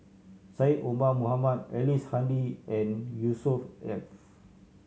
Syed Omar Mohamed Ellice Handy and Yusnor Ef